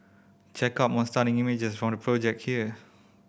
check out more stunning images from the project here